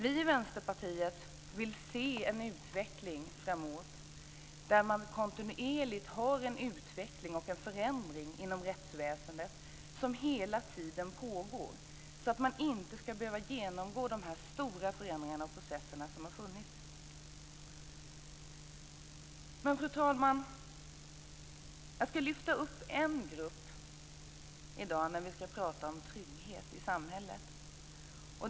Vi i Vänsterpartiet vill framöver se en kontinuerlig utveckling och förändring inom rättsväsendet som hela tiden pågår för att man inte ska behöva genomgå dessa stora förändringar och processer som har skett. Fru talman! I dag när vi ska prata om trygghet i samhället ska jag lyfta upp en grupp.